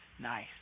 Nice